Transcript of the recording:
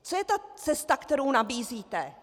Co je ta cesta, kterou nabízíte?